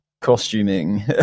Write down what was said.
costuming